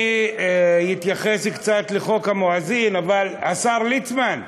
אני אתייחס קצת לחוק המואזין, אבל, השר ליצמן,